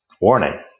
Warning